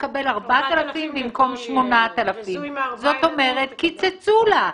תקבל 4,000 במקום 8,000, זאת אומרת קיצצו לה.